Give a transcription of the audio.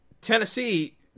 Tennessee